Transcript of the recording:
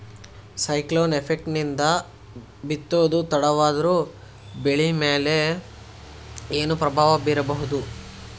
Cyclone effect ನಿಂದ ಬಿತ್ತೋದು ತಡವಾದರೂ ಬೆಳಿ ಮೇಲೆ ಏನು ಪ್ರಭಾವ ಬೀರಬಹುದು?